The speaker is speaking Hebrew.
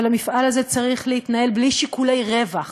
אבל המפעל הזה צריך להתנהל בלי שיקולי רווח,